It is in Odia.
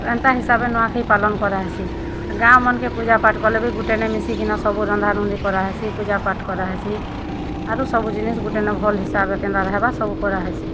ଏନ୍ତା ହିସାବେ ନୂଆଖାଇ ପାଲନ୍ କରାହେସି ଗାଁ ମାନକେ ପୂଜାପାଠ୍ କଲେବି ଗୁଟେନେ ମିଶିକିନା ସବୁ ରନ୍ଧାରୁନ୍ଧି କରାହେସି ପୂଜାପାଠ୍ କରାହେସି ଆରୁ ସବୁଜିନିଷ୍ ଗୁଟେନେ ଭଲ୍ ହିସାବେ କେନ୍ତା ରହେବା ସବୁ କରାହେସି